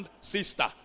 sister